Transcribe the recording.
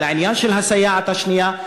על העניין של הסייעת השנייה.